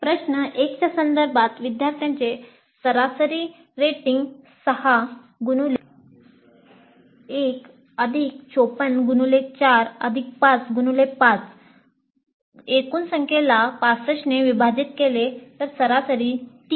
प्रश्न 1 च्या संदर्भात विद्यार्थ्यांचे सरासरी रेटिंग 6 x 1 54 x 4 5 x 5 एकूण संख्येला 65 ने विभाजित केले 3